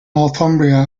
northumbria